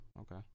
okay